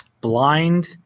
blind